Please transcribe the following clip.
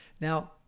Now